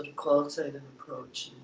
qualitative approach,